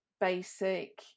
basic